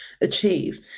achieve